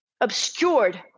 obscured